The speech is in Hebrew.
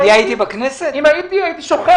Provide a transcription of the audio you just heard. אם הייתי, הייתי שוכבת